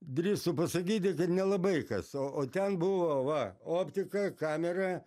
drįstu pasakyti tai ir nelabai kas o o ten buvo va optika kamera